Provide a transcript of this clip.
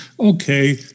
Okay